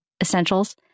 essentials